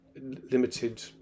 limited